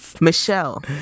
Michelle